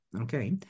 okay